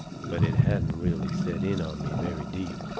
but it hadn't really set in on me very deep.